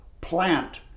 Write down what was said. plant